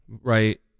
right